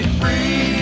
free